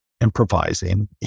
improvising